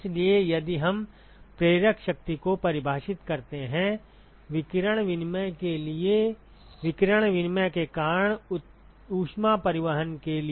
इसलिए यदि हम प्रेरक शक्ति को परिभाषित करते हैंविकिरण विनिमय के लिए विकिरण विनिमय के कारण ऊष्मा परिवहन के लिए